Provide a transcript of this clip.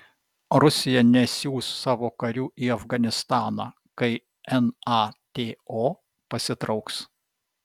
rusija nesiųs savo karių į afganistaną kai nato pasitrauks